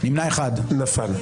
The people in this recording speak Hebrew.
נפל.